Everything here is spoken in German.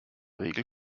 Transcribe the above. regel